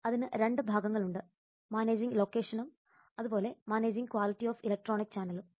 അതിന് രണ്ടു ഭാഗങ്ങളുണ്ട് മാനേജിംഗ് ലൊക്കേഷനും അതുപോലെ മാനേജിംഗ് ക്വാളിറ്റി ഓഫ് ഇലക്ട്രോണിക് ചാനലും